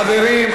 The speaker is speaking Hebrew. חברים,